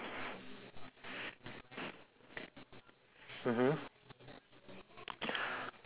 mmhmm